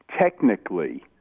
Technically